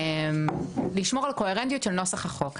על קוהרנטיות של נוסח החוק.